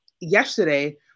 yesterday